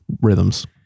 rhythms